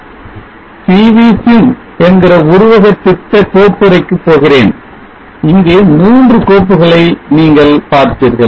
pvsim என்கிற உருவக திட்ட கோப்புறைக்கு போகிறேன் இங்கே மூன்று கோப்புகளை நீங்கள் பார்ப்பீர்கள்